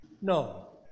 No